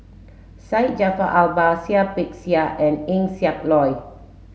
Syed Jaafar Albar Seah Peck Seah and Eng Siak Loy